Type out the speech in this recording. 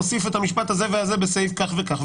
נוסיף את המשפט הזה והזה בסעיף כך וכך.